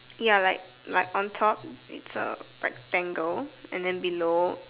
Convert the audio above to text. ya like like on top it's a rectangle and then below